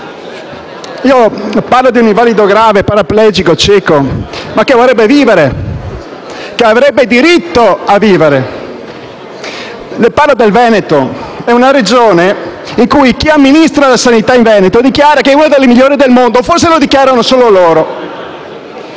Parlo di un invalido grave, paraplegico e cieco, ma che vorrebbe vivere, che avrebbe diritto a vivere. Le parlo del Veneto, che è una Regione in cui chi amministra la sanità dichiara che è una delle migliori del mondo, ma forse lo dichiarano solo loro.